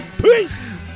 Peace